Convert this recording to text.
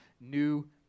new